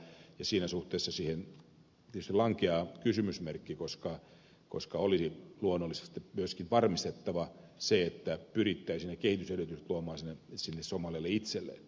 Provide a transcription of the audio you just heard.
siinä suhteessa siihen tietysti lankeaa kysymysmerkki koska olisi luonnollisesti myöskin varmistettava se että pyrittäisiin ne kehitysedellytykset luomaan sinne somalialle itselleen